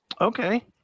Okay